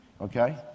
okay